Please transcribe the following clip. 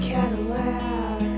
Cadillac